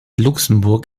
luxemburg